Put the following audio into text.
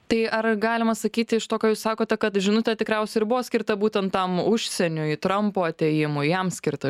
tai ar galima sakyti iš to ką jūs sakote kad žinutė tikriausiai ir buvo skirta būtent tam užsieniui trampo atėjimui jam skirta